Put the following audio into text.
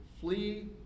flee